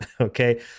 Okay